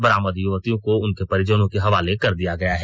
बरामद युवतियों को उनके परिजनों के हवाले कर दिया गया है